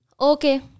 Okay